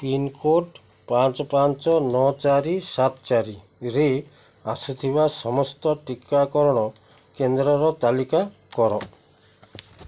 pincode ପାଞ୍ଚ ପାଞ୍ଚ ନଅ ଚାରି ସାତ ଚାରିରେ ଆସୁଥିବା ସମସ୍ତ ଟିକାକରଣ କେନ୍ଦ୍ରର ତାଲିକା କର